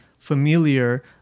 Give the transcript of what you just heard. familiar